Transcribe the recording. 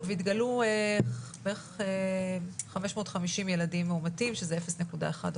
והתגלו בערך 550 ילדים מאומתים, שזה 0.1%,